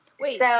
Wait